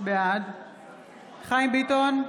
בעד חיים ביטון,